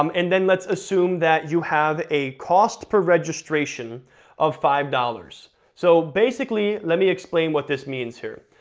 um and then let's assume that you have a cost per registration of five dollars, so basically let me explain what this means here.